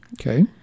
Okay